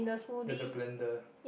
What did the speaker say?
there's a blender